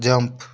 jump